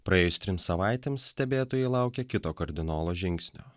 praėjus trims savaitėms stebėtojai laukia kito kardinolo žingsnio